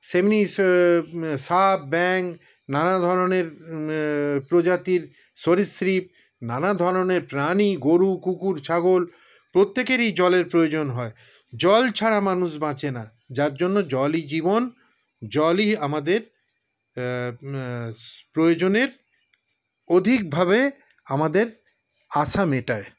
তেমনই স সাপ ব্যাঙ নানা ধরণের প্রজাতির সরীসৃপ নানা ধরণের প্রাণী গরু কুকুর ছাগল প্রত্যেকেরই জলের প্রয়োজন হয় জল ছাড়া মানুষ বাঁচে না যার জন্য জলই জীবন জলই আমাদের প্রয়োজনের অধিকভাবে আমাদের আশা মেটায়